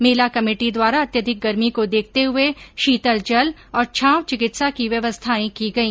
मेला committee द्वारा अत्यधिक गर्मी को देखते हुए शीतल जल और छांव चिकित्सा की व्यवस्थाएं की गई